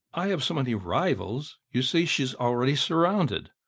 i have so many rivals you see she's already surrounded.